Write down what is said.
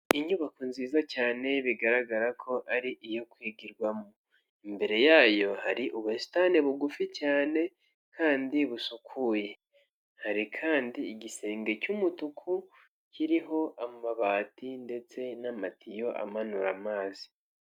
Inyubako nziza cyane bigaragara ko ari iyo kwigirwamo, imbere yayo hari ubusitani bugufi cyane kandi busukuye, hari kandi igisenge cy'umutuku kiriho amabati ndetse n'amatiyo amanura amazi.